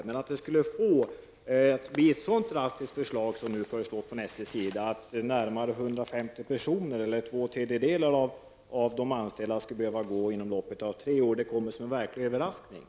Men att SJs förslag skulle bli så drastiskt, dvs. att närmare 150 personer eller två tredjedelar av de anställda skulle behöva gå inom loppet av tre år, det kommer som en verklig överraskning.